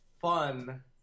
fun